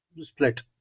split